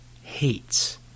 hates